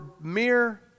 mere